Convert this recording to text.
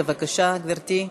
בבקשה, גברתי.